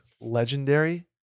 legendary